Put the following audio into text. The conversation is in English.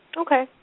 Okay